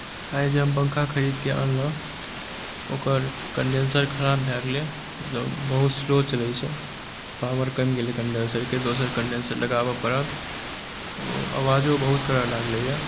आइ जे हम पँखा खरीदके अनलहुँ ओकर कण्डेन्सर खराब भऽ गेलै मतलब बहुत स्लो चलै छै पावर कमि गेलै कण्डेन्सरके दोसर कण्डेन्सर लगाबऽ पड़ल ओ आवाजो बहुत करऽ लागलैए